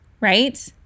right